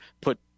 put